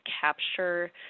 capture